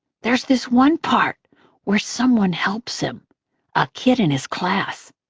there's this one part where someone helps him a kid in his class.